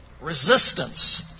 resistance